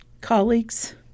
Colleagues